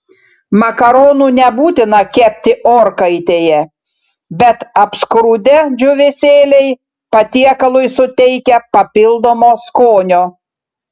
makaronų nebūtina kepti orkaitėje bet apskrudę džiūvėsėliai patiekalui suteikia papildomo skonio